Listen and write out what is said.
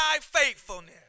faithfulness